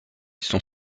sont